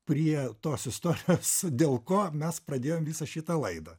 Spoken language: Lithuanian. prie tos istorijos dėl ko mes pradėjom visą šitą laidą